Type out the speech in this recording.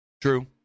True